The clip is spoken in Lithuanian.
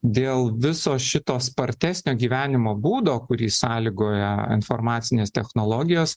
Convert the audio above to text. dėl viso šito spartesnio gyvenimo būdo kurį sąlygoja informacinės technologijos